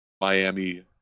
miami